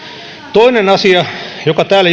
toinen asia josta täällä